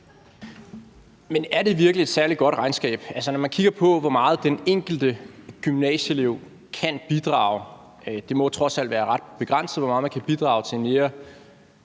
Men er det virkelig et særlig godt regnskab, når man kigger på, hvor meget den enkelte gymnasieelev kan bidrage? Det må trods alt være ret begrænset, hvor meget man kan bidrage til en mere